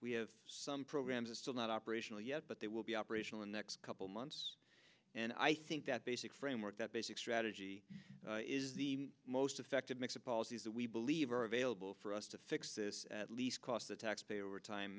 we have some programs are still not operational yet but they will be operational in next couple months and i think that basic framework that basic strategy is the most effective mix of policies that we believe are available for us to fix this at least cost the taxpayer over time